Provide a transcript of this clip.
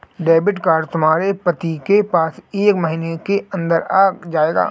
debit card तुम्हारे पति के पास एक महीने के अंदर आ जाएगा